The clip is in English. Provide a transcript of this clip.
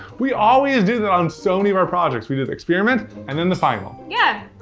we always do that on so many of our projects. we do the experiment and then the final. yeah,